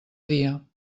dia